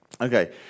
Okay